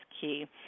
key